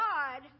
God